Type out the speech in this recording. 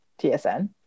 TSN